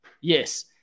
Yes